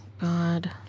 God